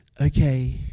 okay